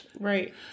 Right